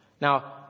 Now